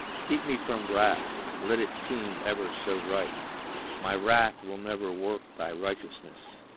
keep me from wrath, let it seem ever so right my wrath will never work thy righteousness.